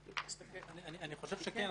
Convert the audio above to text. אני חושב שכן,